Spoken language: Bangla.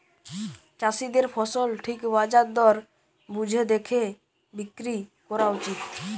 চাষীদের ফসল ঠিক বাজার দর বুঝে দেখে বিক্রি কোরা উচিত